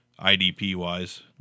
IDP-wise